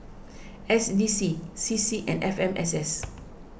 S D C C C and F M S S